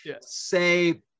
say